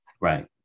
right